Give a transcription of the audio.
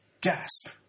Gasp